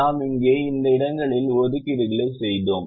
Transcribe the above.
நாம் இங்கே இந்த இடங்களில் ஒதுக்கீடுகளைச் செய்தோம்